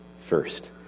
first